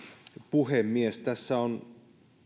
puhemies tässä on